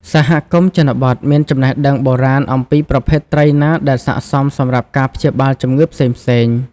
សហគមន៍ជនបទមាន ចំណេះដឹង បូរាណអំពីប្រភេទត្រីណាដែលស័ក្តិសមសម្រាប់ការព្យាបាលជំងឺផ្សេងៗ។